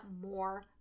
more